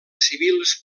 civils